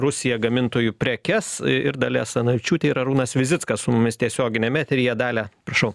rusiją gamintojų prekes ir dalia asanavičiūtė ir arūnas vizickas su mumis tiesioginiam eteryje dalia prašau